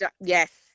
Yes